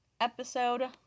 episode